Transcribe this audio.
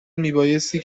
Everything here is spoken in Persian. میبایستی